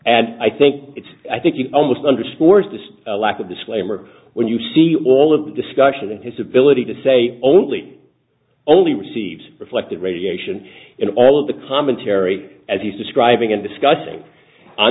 and i think it's i think you almost underscores this lack of disclaimer when you see all of the discussion and his ability to say only only receives reflected radiation in all the commentary as he's describing and discussi